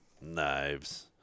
Knives